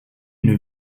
une